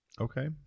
Okay